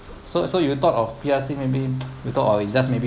so so you will thought of P_R_C maybe we thought of it's just maybe